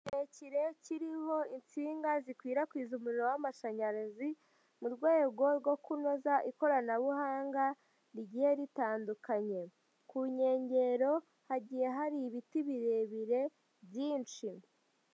Kirekire kiriho insinga zikwirakwiza umuriro w'amashanyarazi mu rwego rwo kunoza ikoranabuhanga rigiye ritandukanye. Ku nkengero hagiye hari ibiti birebire byinshi.